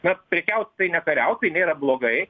na prekiaut tai ne kariaut tai nėra blogai